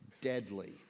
deadly